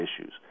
issues